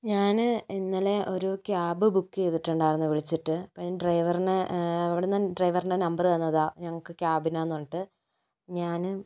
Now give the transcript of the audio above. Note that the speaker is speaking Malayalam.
ഞാന് ഇന്നലെ ഒരു ക്യാബ് ബുക്ക് ചെയ്തിട്ടുണ്ടായിരുന്നു വിളിച്ചിട്ട് ഞാൻ ഡ്രൈവറിനെ എവിടുന്നാ ഡ്രൈവറിൻ്റെ നമ്പറ് തന്നതാ ഞങ്ങക്ക് ക്യാബിനാന്ന് പറഞ്ഞിട്ട് ഞാന്